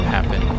Happen